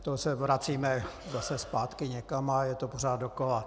To se vracíme zase zpátky někam a je to pořád dokola.